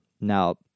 Now